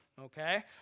okay